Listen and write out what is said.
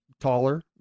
taller